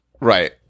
Right